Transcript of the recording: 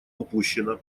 упущена